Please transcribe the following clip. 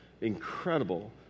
incredible